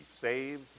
saved